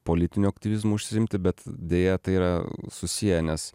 politiniu aktyvizmu užsiimti bet deja tai yra susiję nes